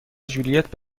ژولیت